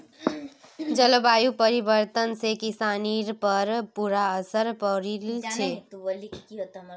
जलवायु परिवर्तन से किसानिर पर बुरा असर पौड़ील छे